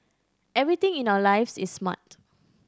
everything in our lives is smart